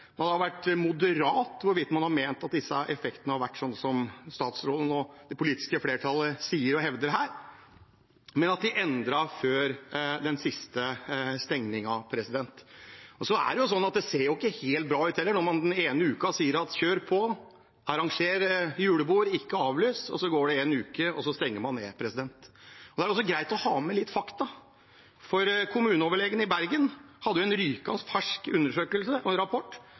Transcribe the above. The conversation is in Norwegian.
man har vært moderat, hvorvidt man har ment at disse effektene har vært slik som statsråden og det politiske flertallet sier og hevder her, men at de endret før den siste stengningen. Så ser det jo heller ikke helt bra ut når man den ene uka sier kjør på, arranger julebord, ikke avlys – og så går det en uke, og så stenger man ned. Da er det også greit å ha med litt fakta. Kommuneoverlegen i Bergen hadde en rykende fersk undersøkelse, en rapport,